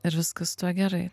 ir viskas tuo gerai